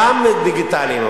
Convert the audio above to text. גם דיגיטליים,